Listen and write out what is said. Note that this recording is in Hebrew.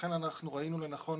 לכן אנחנו ראינו לנכון